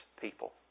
people